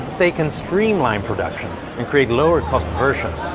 they can streamline production and create lower-cost versions,